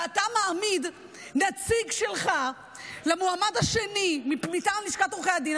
ואתה מעמיד נציג שלך למועמד השני מטעם לשכת עורכי הדין.